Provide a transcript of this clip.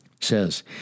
Says